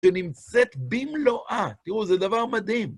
ונמצאת במלואה. תראו, זה דבר מדהים.